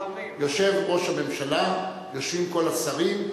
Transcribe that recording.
יושב ראש הממשלה, יושבים כל השרים.